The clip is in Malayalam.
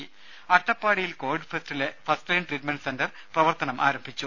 രുഭ അട്ടപ്പാടിയിൽ കോവിഡ്ഫസ്റ്റ് ലൈൻ ട്രീറ്റ്മെന്റ് സെന്റർ പ്രവർത്തനം ആരംഭിച്ചു